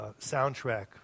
soundtrack